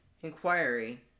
inquiry